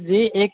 जी एक